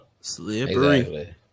Slippery